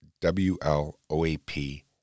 wloap